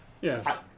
Yes